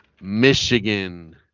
michigan